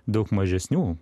daug mažesnių